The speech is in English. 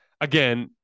again